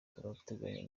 turateganya